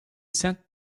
sent